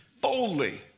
boldly